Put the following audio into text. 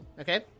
Okay